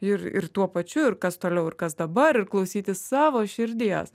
ir ir tuo pačiu ir kas toliau ir kas dabar ir klausytis savo širdies